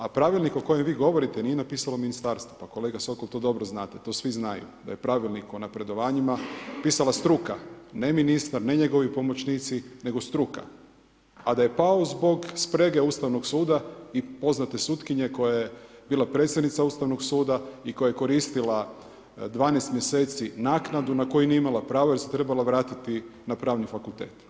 A pravilnik o kojem vi govorite nije napisalo ministarstvo, pa kolega Sokol to dobro znate, to svi znaju, da je pravilnik o napredovanjima pisala struka, ne ministar, ne njegovi pomoćnici nego struka, a da je pao zbog sprege Ustavnog suda i poznate sutkinje koja je bila predsjednica Ustavnog suda i koja je koristila 12 mjeseci naknadu na koju nije imala pravo jer se trebala vratiti na Pravni fakultet.